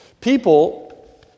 People